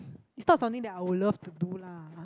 it's not something that I would love to do lah